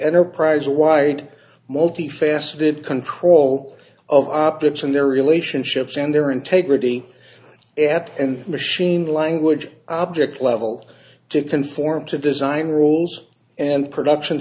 enterprise wide multi faceted control of optics and their relationships and their integrity add in machine language object level to conform to design rules and production